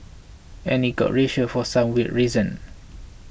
and it got racial for some weird reason